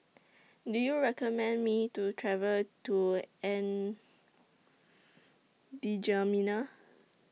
Do YOU recommend Me to travel to N'Djamena